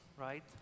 right